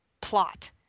plot